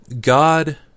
God